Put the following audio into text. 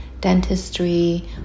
dentistry